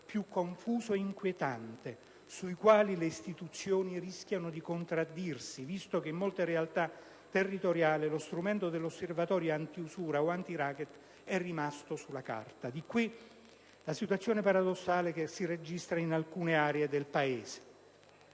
più confuso e inquietante, sui quali le istituzioni rischiano di contraddirsi, visto che in molte realtà territoriali lo strumento dell'Osservatorio antiusura e antiracket è rimasto sulla carta. Di qui, la situazione paradossale che si registra in alcune aree del Paese.